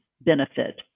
benefit